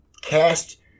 cast